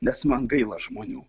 nes man gaila žmonių